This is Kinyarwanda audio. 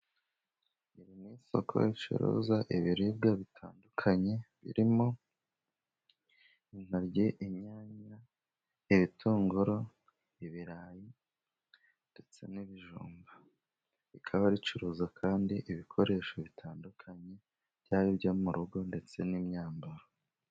Biri mu isoko ricuruza ibiribwa bitandukanye birimo intoryi, inyanya, ibitunguru, ibirayi ndetse n'ibijumba, rikaba ricuruza kandi ibikoresho bitandukanye byaba ibyo mu rugo, ndetse n'imyambaro.